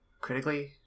critically